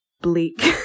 bleak